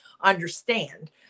understand